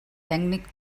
tècnic